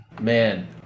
Man